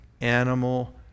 animal